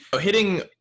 hitting